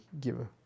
give